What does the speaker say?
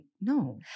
no